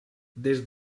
des